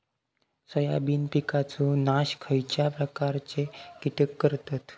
Soybean पिकांचो नाश खयच्या प्रकारचे कीटक करतत?